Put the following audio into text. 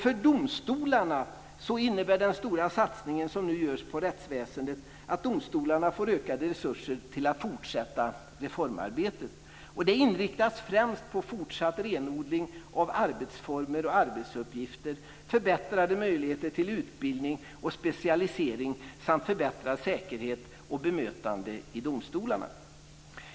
För domstolarna innebär den stora satsning som nu görs på rättsväsendet att de får ökade resurser till att fortsätta reformarbetet. Det inriktas främst på fortsatt renodling av arbetsformer och arbetsuppgifter, förbättrade möjligheter till utbildning och specialisering samt förbättrad säkerhet och förbättrat bemötande i domstolarna.